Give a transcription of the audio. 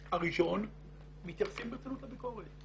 מתייחסים ברצינות לביקורת.